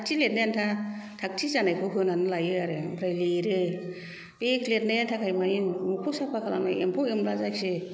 थागथि लिरनो आनथा थागथि जानायल होनानै लायो आरो ओमफ्राय लिरो बे लिरनाया थाखाय माने न'खौ साफा खालामनाय एम्फौ एमला जायखि